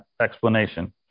explanation